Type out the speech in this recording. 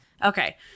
Okay